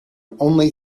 only